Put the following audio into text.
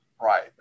right